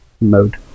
mode